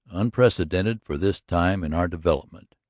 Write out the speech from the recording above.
unprecedented for this time in our development.